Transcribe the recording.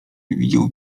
widział